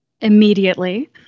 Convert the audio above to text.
Immediately